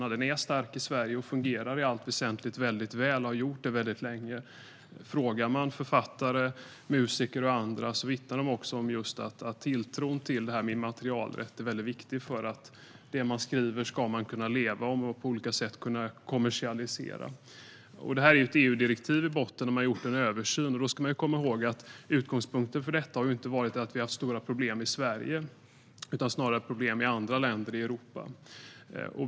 Immaterialrätten är stark i Sverige och fungerar i allt väsentligt väldigt väl och har så gjort väldigt länge. Frågar man författare, musiker och andra vittnar de också om att tilltron till immaterialrätten är väldigt viktig. Man ska kunna leva av det man skapar och på olika sätt kunna kommersialisera det. Det här är ett EU-direktiv i botten, där man har gjort en översyn. Man ska dock komma ihåg att utgångspunkten för detta inte har varit att vi har haft stora problem i Sverige, utan det handlar snarare om problem i andra länder i Europa.